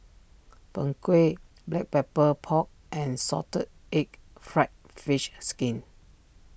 Png Kueh Black Pepper Pork and Salted Egg Fried Fish Skin